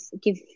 give